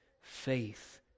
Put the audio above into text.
faith